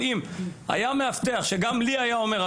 אבל אם היה מאבטח שגם לי היה אומר,